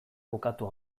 bukatu